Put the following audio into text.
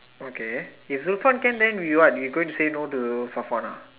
okay if Zulfan can then we what we going to say no to Safwan ah